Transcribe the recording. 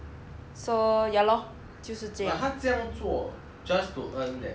but 他这样做 just to earn that hundred dollars